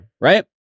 right